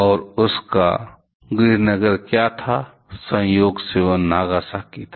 और उसका गृहनगर क्या था संयोग से वह नागासाकी था